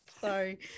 sorry